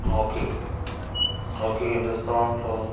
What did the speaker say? hockey hockey Hindustan کا